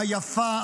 היפה,